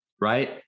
right